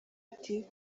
ati